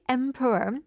emperor